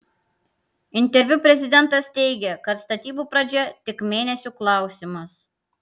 interviu prezidentas teigė kad statybų pradžia tik mėnesių klausimas